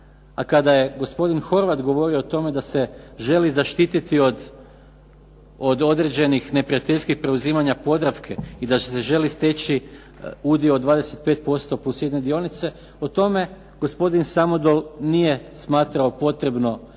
a kada je gospodin Horvat govorio o tome da se želi zaštititi od određenih neprijateljskih preuzimanja Podravke i da se želi steći udio od 25% plus jedne dionice o tome gospodin Samodol nije smatrao potrebno